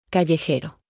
Callejero